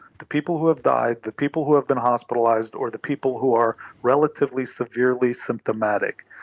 the people who have died, the people who have been hospitalised, or the people who are relatively severely symptomatic.